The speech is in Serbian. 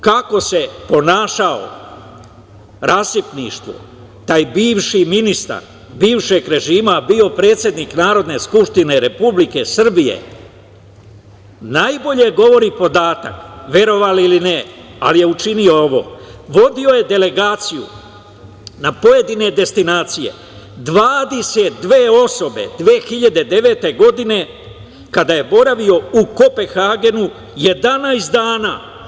Kako se ponašao, rasipništvo, taj bivši ministar bivšeg režima, a bio je predsednik Narodne skupštine Republike Srbije najbolje govori podatak, verovali ili ne, ali je učinio ovo - vodio je delegaciju na pojedine destinacije, 22 osobe 2009. godine kada je boravio u Kopenhagenu 11 dana.